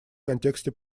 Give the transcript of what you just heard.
контексте